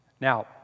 Now